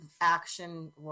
action